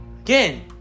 Again